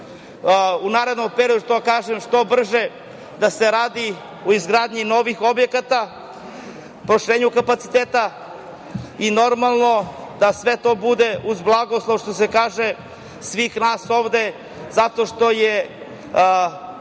u narednom periodu biti, što brže da se radi, izgradnje novih objekata, proširenja kapaciteta i normalno da sve to bude uz blagoslov svih nas ovde zato što je